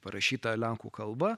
parašytą lenkų kalba